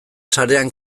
sarean